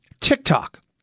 TikTok